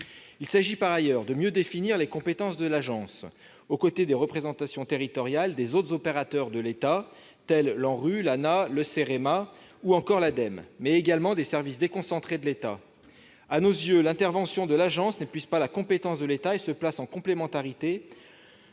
Il s'agit par ailleurs de mieux définir les compétences de l'agence aux côtés des représentations territoriales des autres opérateurs de l'État, tels que l'ANRU, l'ANAH, le CEREMA, ou encore l'ADEME, mais également des services déconcentrés de l'État. À nos yeux, l'intervention de l'agence n'épuise pas la compétence de l'État et se place en complémentarité.